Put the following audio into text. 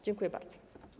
Dziękuję bardzo.